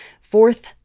Fourth